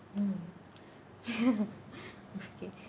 mm okay